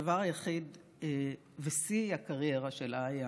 שהדבר היחיד בשיא הקריירה שלה היה